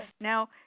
Now